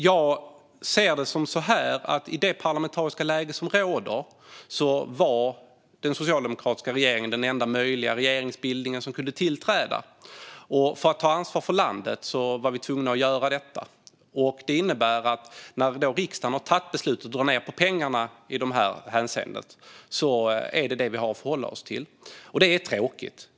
Jag ser det som att i det parlamentariska läge som råder var den socialdemokratiska regeringen den enda möjliga regeringsbildningen som kunde tillträda. För att ta ansvar för landet var vi tvungna att göra detta. Det innebär att när riksdagen har fattat beslutet att dra ned på pengarna i det här hänseendet är det vad vi har att förhålla oss till. Det är tråkigt.